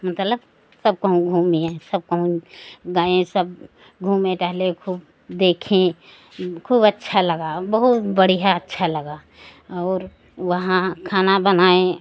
मतलब सब कहूं घूम लिहे सब कहूं गए सब घूमे टहले खूब देखें खूब अच्छा लगा और बहुत बढ़िया अच्छा लगा और वहाँ खाना बनाएं